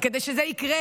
וכדי שזה יקרה